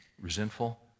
resentful